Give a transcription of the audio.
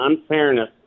unfairness